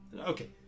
Okay